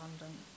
London